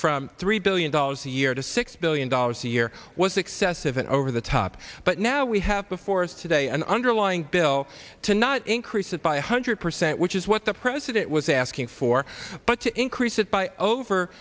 from three billion dollars a year to six billion dollars a year was excessive and over the top but now we have before us today an underlying bill to not increase it by one hundred percent which is what the president was asking for but to increase it by over